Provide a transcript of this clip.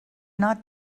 not